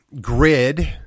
grid